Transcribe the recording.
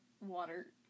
water